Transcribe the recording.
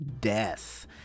death